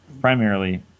primarily